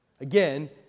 Again